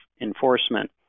enforcement